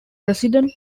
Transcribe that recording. president